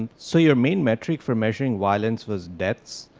and so your main metric for measuring violence was deaths.